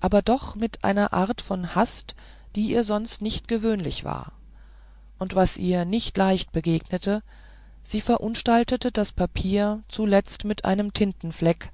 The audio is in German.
aber doch mit einer art von hast die ihr sonst nicht gewöhnlich war und was ihr nicht leicht begegnete sie verunstaltete das papier zuletzt mit einem tintenfleck